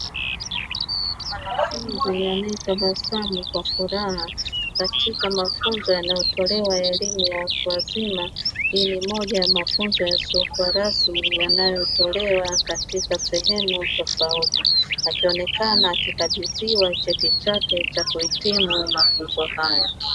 Mwanafunzi anayetabasamu kwa furaha katika mafunzo yanayotolewa ya elimu ya watu wazima. Hii ni moja ya mafunzo yasiyokuwa rasmi yanayotolewa katika sehemu tofauti. Akionekana akikabidhiwa cheti chake cha kuhitimu mafunzo hayo.